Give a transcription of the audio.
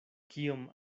kiom